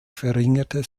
verringerte